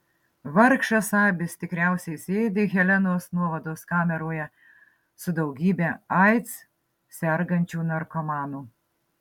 vargšas abis tikriausiai sėdi helenos nuovados kameroje su daugybe aids sergančių narkomanų